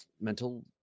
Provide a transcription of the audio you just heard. mental